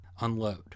unload